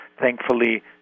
Thankfully